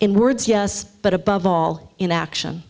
in words yes but above all in action